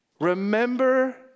Remember